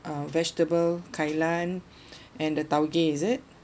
uh vegetable kai lan and the taugeh is it